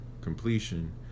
completion